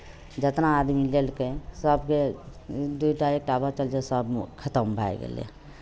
जेतना आदमी लेलकै सभके दू टा एक टा बचल छै सभ खतम भए गेलै